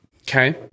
Okay